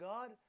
God